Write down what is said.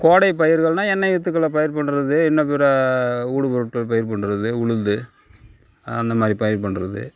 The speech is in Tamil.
கோடை பயிர்கள்னா எண்ணெய் வித்துக்களை பயிர் பண்ணுறது இன்னும் பிற ஊடு பொருட்கள் பயிர் பண்ணுறது உளுந்து அந்த மாதிரி பயிர் பண்ணுறது